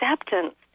acceptance